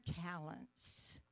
talents